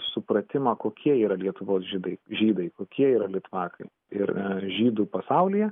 supratimą kokie yra lietuvos židai žydai kokie yra litvakai ir žydų pasaulyje